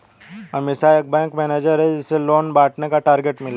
अमीषा एक bank manager है जिसे लोन बांटने का टारगेट मिला